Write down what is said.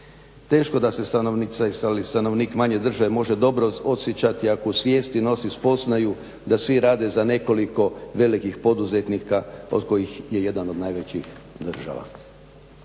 stanovnica ili stanovnik manje drže, može dobro osjećati ako u svijesti nosi spoznaju da svi rade za nekoliko velikih poduzetnika od kojih je jedan od najvećih država.